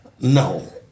No